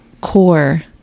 core